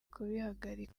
kubihagarika